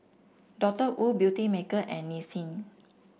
Doctor Wu Beautymaker and Nissin